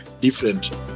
different